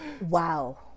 Wow